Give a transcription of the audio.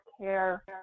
care